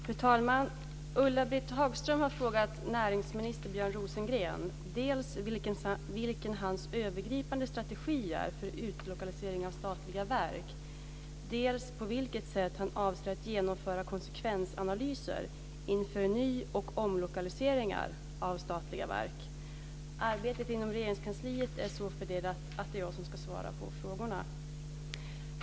Fru talman! Ulla-Britt Hagström har frågat näringsminister Björn Rosengren dels vilken hans övergripande strategi är för utlokalisering av statliga verk, dels på vilket sätt han avser att genomföra konsekvensanalyser inför ny och omlokaliseringar av statliga verk. Arbetet inom Regeringskansliet är så fördelat att det är jag som ska svara på frågorna.